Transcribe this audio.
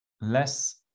less